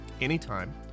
anytime